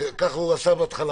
כך הוא עשה בהתחלה